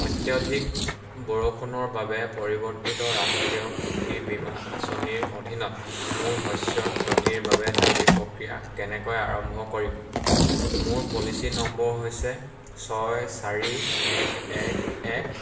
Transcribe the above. অত্যধিক বৰষুণৰ বাবে পৰিৱৰ্তিত ৰাষ্ট্ৰীয় কৃষি বীমা আঁচনিৰ অধীনত মোৰ শস্যৰ ক্ষতিৰ বাবে দাবী প্ৰক্ৰিয়া কেনেকৈ আৰম্ভ কৰিম মোৰ পলিচী নম্বৰ হৈছে ছয় চাৰি এক এক এক